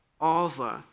over